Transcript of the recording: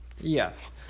Yes